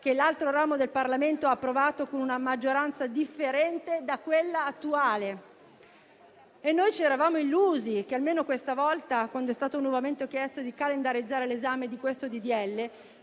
che l'altro ramo del Parlamento ha approvato con una maggioranza differente da quella attuale. Ci eravamo illusi che almeno questa volta, quando è stato nuovamente chiesto di calendarizzare l'esame di questo